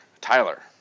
Tyler